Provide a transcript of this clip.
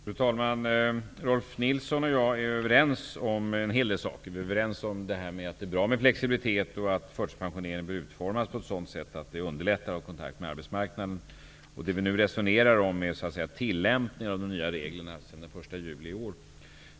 Fru talman! Rolf L Nilson och jag är överens om en hel del saker. Vi är överens om att det är bra med flexibilitet och om att förtidspensioneringen bör utformas på ett sådant sätt att kontakterna med arbetsmarknaden underlättas. Vad vi nu resonerar om är tillämpningen av de nya reglerna från den 1 juli i år.